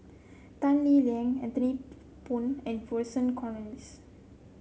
Tan Lee Leng Anthony Poon and Vernon Cornelius